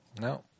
No